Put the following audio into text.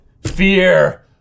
fear